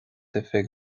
oifig